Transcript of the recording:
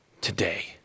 today